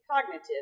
cognitive